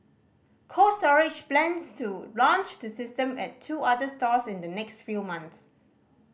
Cold Storage plans to launch the system at two other stores in the next few months